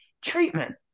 treatment